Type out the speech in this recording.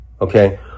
okay